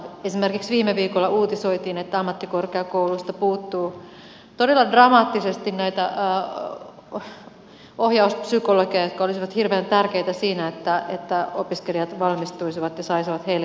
esimerkiksi viime viikolla uutisoitiin että ammattikorkeakouluista puuttuu todella dramaattisesti näitä ohjauspsykologeja jotka olisivat hirveän tärkeitä siinä että opiskelijat valmistuisivat ja saisivat heille kuuluvaa apua